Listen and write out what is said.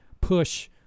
push